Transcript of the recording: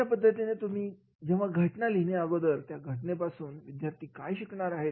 अशा पद्धतीने तुम्ही घटना लिहिण्याअगोदर त्या घटनेपासून विद्यार्थी काय शिकणार आहेत